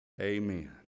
Amen